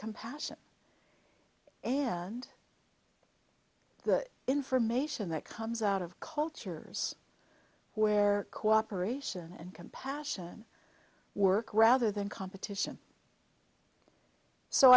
compassion and the information that comes out of cultures where cooperation and compassion work rather than competition so